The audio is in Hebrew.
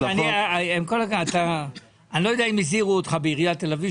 לא יודע אם הזהירו אותך בעירייה בתל אביב,